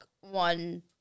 one